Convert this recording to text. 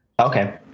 Okay